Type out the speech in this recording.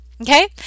Okay